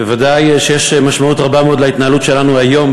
בוודאי שיש משמעות רבה מאוד להתנהלות שלנו היום,